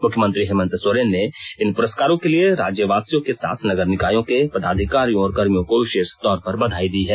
मुख्यमंत्री हेमन्त सोरेन ने इन पुरस्कारों के लिए राज्यवासियों के साथ नगर निकायों के पदाधिकारियों और कर्मियों को विशेष तौर पर बधाई दी है